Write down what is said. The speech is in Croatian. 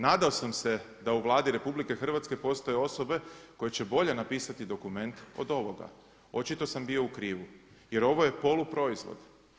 Nadao sam se da u Vladi RH postoje osobe koje će bolje napisati dokument od ovoga, očito sam bio u krivu jer ovo je poluproizvod.